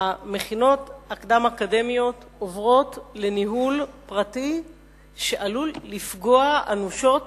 המכינות הקדם-אקדמיות עוברות לניהול פרטי שעלול לפגוע אנושות